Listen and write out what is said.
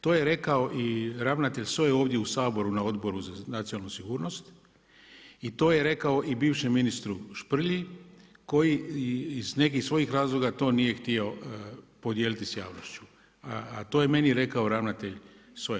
To je rekao i ravnatelj SOA-e ovdje u Saboru na Odboru za nacionalnu sigurnost i to je rekao i bivšem ministru Šprlji koji iz nekih svojih razloga to nije htio podijeliti sa javnošću, a to je meni rekao ravnatelj SOA-e.